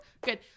good